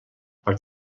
per